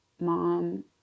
mom